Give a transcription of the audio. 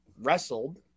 Wrestled